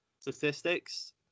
statistics